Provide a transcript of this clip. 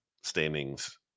standings